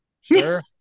Sure